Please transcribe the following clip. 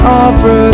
offer